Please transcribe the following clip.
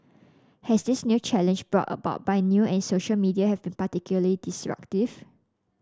has this new challenge brought about by new and social media have been particularly disruptive